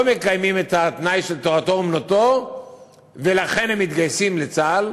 מקיימים את התנאי של תורתו-אומנותו ולכן מתגייסים לצה"ל,